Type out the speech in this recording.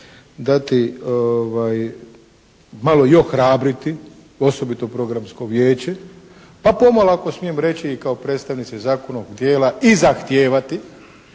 dati, malo i ohrabriti osobito programsko vijeće pa pomalo ako smijem reći i kao predstavnici … dijela i zahtijevati